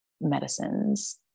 medicines